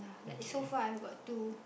like so far I've got two